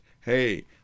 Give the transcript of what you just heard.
hey